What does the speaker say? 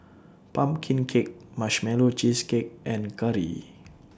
Pumpkin Cake Marshmallow Cheesecake and Curry